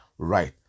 Right